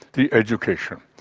the education.